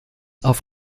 auf